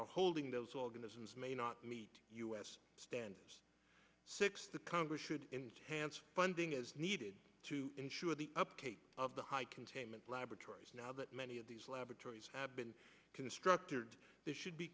on holding those organisms may not meet u s standards six the congress should hance funding is needed to ensure the update of the high containment laboratories now that many of these laboratories have been constructed this should